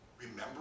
Remember